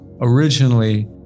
originally